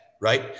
right